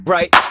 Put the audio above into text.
Right